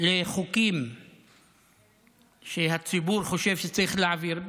לחוקים שהציבור חושב שצריך להעביר,